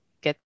get